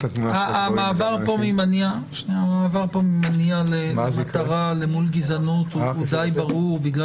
המעבר פה ממניע למטרה למול גזענות הוא די ברור בגלל